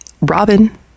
Robin